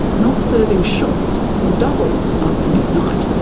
not serving shots or doubles after midnight.